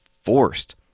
forced